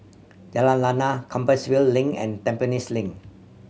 Jalan Lana Compassvale Link and Tampines Link